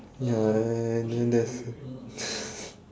ya and then there's